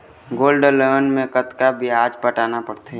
Gold loan मे कतका ब्याज पटाना पड़थे?